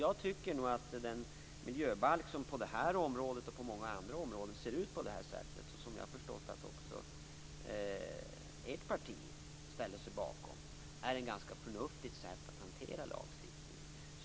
Jag tycker nog att införandet av miljöbalken, som jag har förstått att även ert parti har ställt sig bakom, är ett förnuftigt sätt att hantera lagstiftningen.